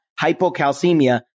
hypocalcemia